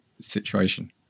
situation